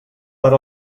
per